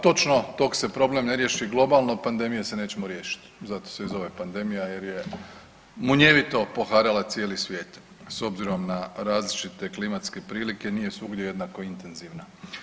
Točno dok se problem ne riješi globalno pandemije se nećemo riješiti, zato se i zove pandemija jer je munjevito poharala cijeli svijet, a s obzirom na različite klimatske prilike nije svugdje jednako intenzivna.